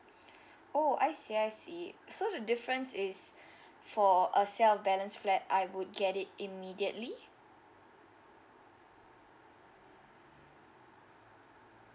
oh I see I see so the difference is for a sale of balance flat I would get it immediately